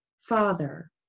father